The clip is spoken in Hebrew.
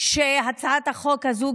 שהצעת החוק הזו,